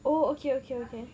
oh okay okay okay